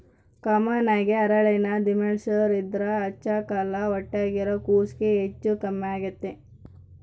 common ಆಗಿ ಹರಳೆಣ್ಣೆನ ದಿಮೆಂಳ್ಸೇರ್ ಇದ್ರ ಹಚ್ಚಕ್ಕಲ್ಲ ಹೊಟ್ಯಾಗಿರೋ ಕೂಸ್ಗೆ ಹೆಚ್ಚು ಕಮ್ಮೆಗ್ತತೆ